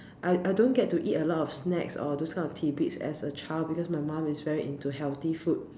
I I don't get to eat a lot of snacks or those kind of tidbits as a child because my mum is very into healthy food